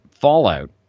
Fallout